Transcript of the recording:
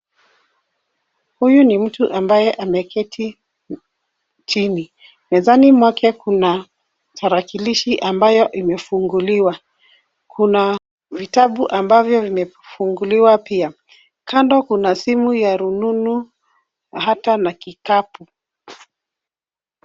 Huyu ni mtu ambaye ameketi chini. Mezani mwake kuna tarakilishi ambayo imefunguliwa. Kuna vitabu ambavyo vimefunguliwa pia. Kando kuna simu ya rununu hata na kikapu.